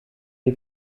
die